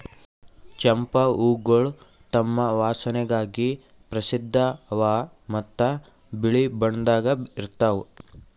ಚಂಪಾ ಹೂವುಗೊಳ್ ತಮ್ ವಾಸನೆಗಾಗಿ ಪ್ರಸಿದ್ಧ ಅವಾ ಮತ್ತ ಬಿಳಿ ಬಣ್ಣದಾಗ್ ಇರ್ತಾವ್